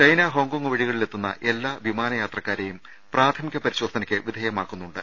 China Hong Kong വഴികളിലെത്തുന്ന എല്ലാ വിമാന യാത്രക്കാരെയും പ്രാഥമിക പരി ശോധനയ്ക്ക് വിധേയമാകുന്നുണ്ട്